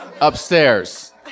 Upstairs